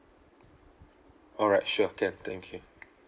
alright sure can thank you